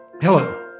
Hello